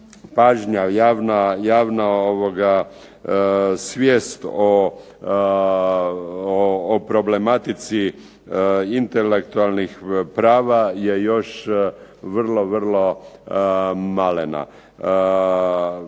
pažnja, javna svijest o problematici intelektualnih prava je još vrlo, vrlo malena.